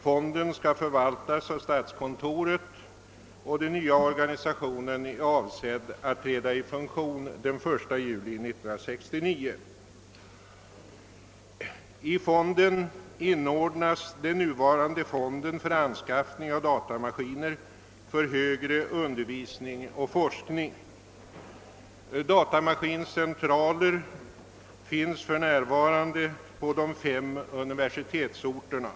Fonden skall förvaltas av statskontoret, och den nya organisationen är avsedd att träda i funktion den 1 juli 1969. I fonden skulle inordnas den nuvarande fonden för anskaffning av datamaskiner för högre undervisning och forskning. Datamaskincentraler finns för närvarande på de fem universitetsorterna.